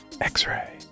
X-Ray